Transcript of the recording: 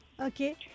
Okay